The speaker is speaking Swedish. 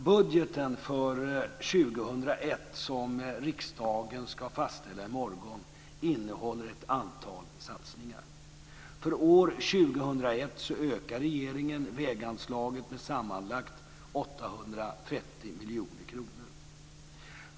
Budgeten för år 2001 som riksdagen ska fastställa i morgon innehåller ett antal satsningar. För år 2001 miljoner kronor.